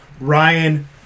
Ryan